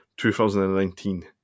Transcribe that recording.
2019